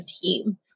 team